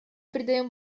придаем